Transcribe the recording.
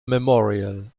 memorial